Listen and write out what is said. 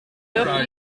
dürfte